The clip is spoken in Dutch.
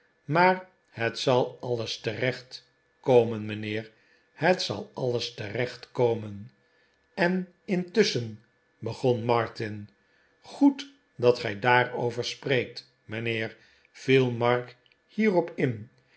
maar het zal alles terecht komen mijnheer het zal alles terecht komen en intusschen begon martin goed dat gij daarover spreekt mijnheer viel mark hierop in